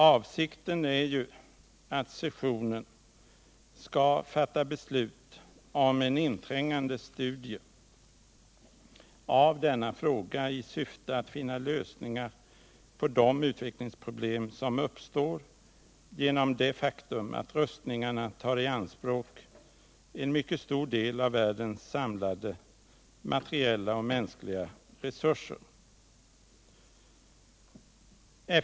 Avsikten är ju att sessionen skall fatta beslut om en inträngande studie av denna fråga i syfte att finna lösningar på de utvecklingsproblem som uppstår genom det faktum att rustningarna tar i anspråk en mycket stor del av världens samlade materiella och miinskliga resurser.